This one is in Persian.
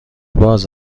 باز